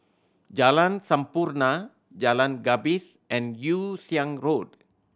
Jalan Sampurna Jalan Gapis and Yew Siang Road